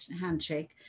handshake